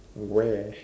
where